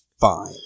fine